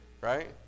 Right